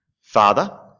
Father